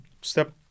step